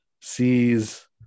sees